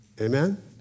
Amen